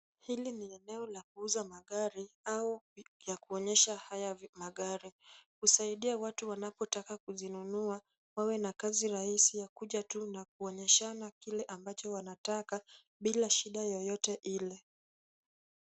Hili ni eneo la kuuza magari au ya kuonyesha haya magari. Husaidia watu wanapotaka kuzinunua wawe na kazi rahisi ya kuja tu na kuonyeshana kile ambacho wanataka bila shida yoyote ile.